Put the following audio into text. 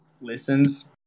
listens